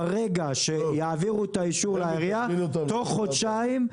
ברגע שיעבירו את האישור לעירייה תוך חודשיים,